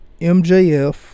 MJF